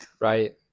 Right